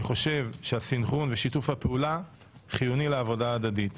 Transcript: חושב שהסנכרון ושיתוף הפעולה חיוני לעבודה ההדדית.